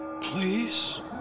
Please